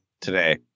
today